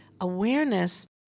awareness